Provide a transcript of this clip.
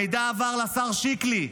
המידע עבר לשר שיקלי.